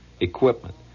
equipment